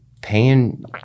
paying